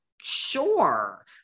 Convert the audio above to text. sure